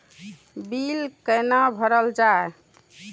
Bill कैना भरल जाय?